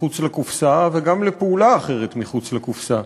מחוץ לקופסה וגם לפעולה אחרת מחוץ לקופה.